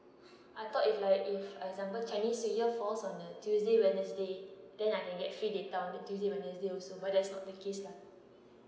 I thought if like if example chinese new year falls on a tuesday wednesday then I can actually get download tuesday wednesday where there's not the case lah